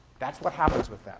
that's what happens with